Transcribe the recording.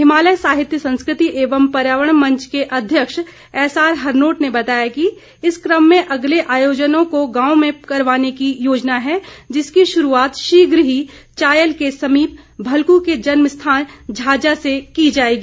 हिमालय साहित्य संस्कृति एवं पर्यावरण मंच के अध्यक्ष एसआर हरनोट ने बताया कि इस क्रम में अगले आयोजनो को गांव में करवाने की योजना है जिसकी शुरूआत शीघ्र ही चायल के समीप भलखू के जन्म स्थान झाजा से की जाएगी